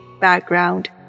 background